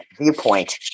viewpoint